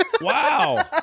Wow